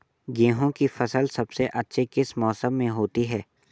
गेंहू की फसल सबसे अच्छी किस मौसम में होती है?